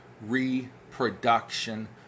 reproduction